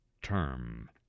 term